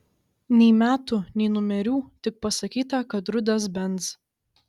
nei metų nei numerių tik pasakyta kad rudas benz